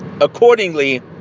accordingly